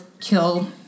kill